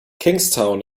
kingstown